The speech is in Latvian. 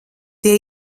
tie